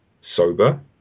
sober